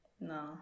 no